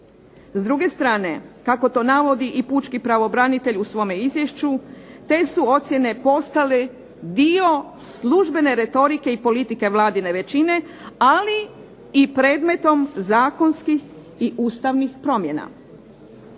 S druge strane, kako to navodi i pučki pravobranitelj u svome izvješću, te su ocjene postale dio službene retorike i politike vladine većine, ali i predmetom zakonskih i ustavnih promjena.